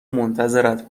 منتظرت